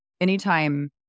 anytime